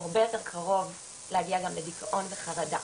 הרבה יותר קרוב להגיע גם לדיכאון וחרדה